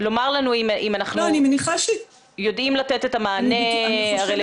לומר לנו אם אנחנו יודעים לתת את המענה הרלוונטי.